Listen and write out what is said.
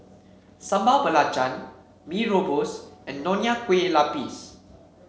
Sambal Belacan Mee Rebus and Nonya Kueh Lapis